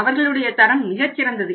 அவர்களுடைய தரம் மிகச் சிறந்தது